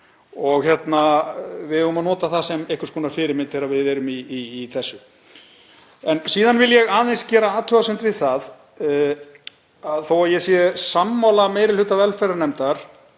og við eigum að nota það sem fyrirmynd þegar við erum í þessu. Síðan vil ég aðeins gera athugasemd við það að þó að ég sé sammála meiri hluta velferðarnefndar